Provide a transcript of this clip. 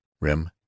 rim